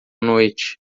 noite